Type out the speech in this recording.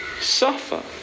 suffer